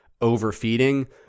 overfeeding